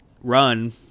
run